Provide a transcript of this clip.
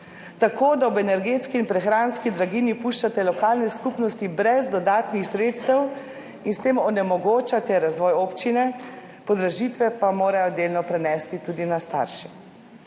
Tako, da ob energetski in prehranski draginji puščate lokalne skupnosti brez dodatnih sredstev in s tem onemogočate razvoj občin, podražitve pa morajo delno prenesti tudi na starše.